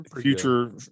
future